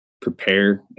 prepare